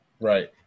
Right